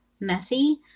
messy